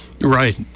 Right